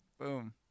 Boom